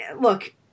look